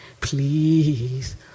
Please